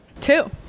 two